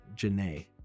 Janae